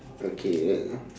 okay wait uh